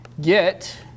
get